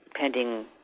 pending